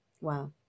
wow